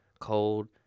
Cold